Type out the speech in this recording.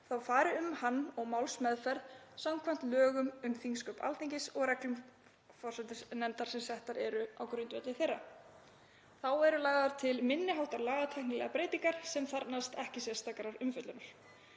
þá fari um hann og málsmeðferð samkvæmt lögum um þingsköp Alþingis og reglum forsætisnefndar sem settar eru á grundvelli þeirra. Þá eru lagðar til minni háttar lagatæknilegar breytingar sem þarfnast ekki sérstakrar umfjöllunar.